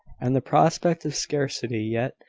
and the prospect of scarcity yet,